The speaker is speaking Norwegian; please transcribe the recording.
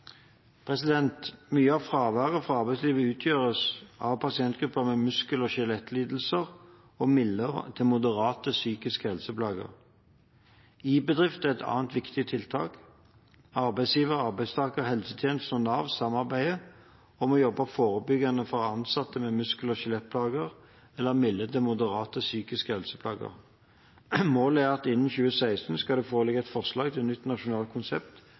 Mye av fraværet fra arbeidslivet utgjøres av pasientgrupper med muskel- og skjelettlidelser og milde til moderate psykiske helseplager. iBedrift er et annet viktig tiltak. Arbeidsgiver, arbeidstaker, helsetjenesten og Nav samarbeider om å jobbe forebyggende for ansatte med muskel- og skjelettplager eller milde til moderate psykiske helseplager. Målet er at det innen 2016 skal foreligge et forslag til nytt nasjonalt konsept